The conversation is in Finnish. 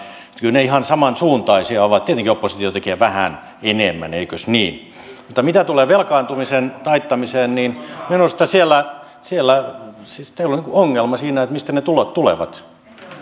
kyllä ne ihan samansuuntaisia ovat tietenkin oppositio tekee vähän enemmän eikös niin mutta mitä tulee velkaantumisen taittamiseen niin minusta siellä siellä teillä on ongelma siinä mistä ne tulot tulevat se